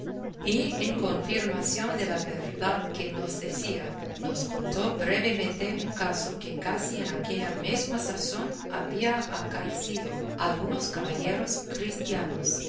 y en confirmación de la verdad que nos decía nos contó brevemente un caso que casi en aquella mesma sazón había acaecido a unos caballeros cristianos